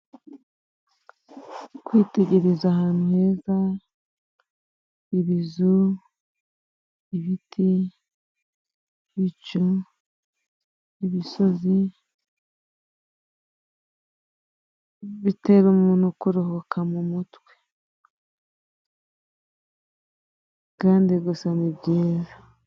Kwitegereza ahantu heza ibizu, ibiti, ibicu, imisozi bitera umuntu kuruhuka mu mutwe kandi gusa ni byiza.